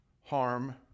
harm